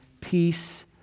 peace